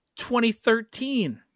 2013